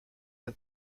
del